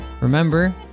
Remember